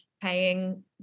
paying